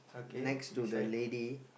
next to the lady